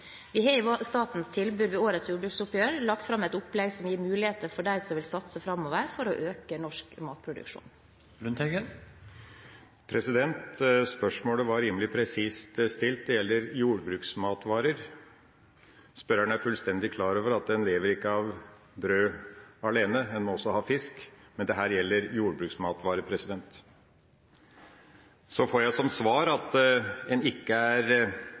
Vi har i statens tilbud ved årets jordbruksoppgjør lagt fram et opplegg som gir muligheter for dem som vil satse framover for å øke norsk matproduksjon. Spørsmålet var rimelig presist stilt. Det gjelder jordbruksmatvarer. Spørreren er fullstendig klar over at en ikke lever av brød alene; en må også ha fisk. Men dette gjelder jordbruksmatvarer. Så får jeg som svar at en ikke er